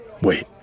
Wait